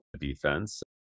defense